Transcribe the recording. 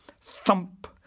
thump